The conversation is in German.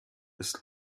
ist